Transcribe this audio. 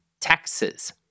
taxes